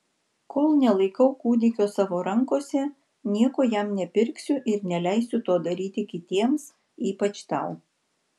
kol nelaikau kūdikio savo rankose nieko jam nepirksiu ir neleisiu to daryti kitiems ypač tau